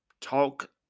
Talk